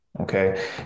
Okay